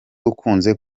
ukunze